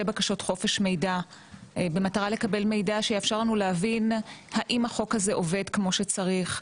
בקשות חופש מידע במטרה לקבל מידע להבין האם החוק הזה עובד כמו שצריך?